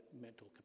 mental